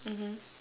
mmhmm